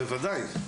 בוודאי.